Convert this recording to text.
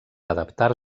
adaptar